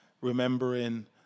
remembering